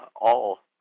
all-